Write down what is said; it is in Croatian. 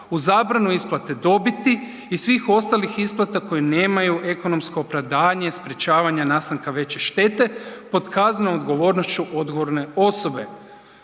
uz zabranu isplate dobiti i svih ostalih isplata koje nemaju ekonomske opravdanje sprječavanje nastanka veće štete pod kaznenom odgovornošću odgovorne osobe.